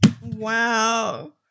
Wow